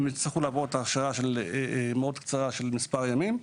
הם יצטרכו לעבור הכשרה קצרה מאוד של מספר ימים.